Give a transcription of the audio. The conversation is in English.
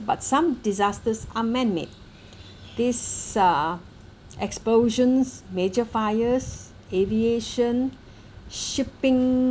but some disasters are man-made these are explosions major fires aviation shipping